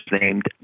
named